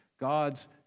God's